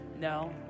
No